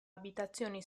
abitazioni